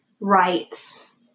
Rights